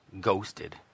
ghosted